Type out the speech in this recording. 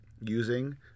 using